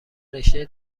رشته